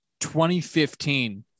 2015